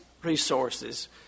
resources